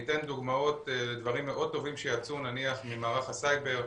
אתן דוגמאות לדברים מאוד טובים שיצאו ממערך הסייבר,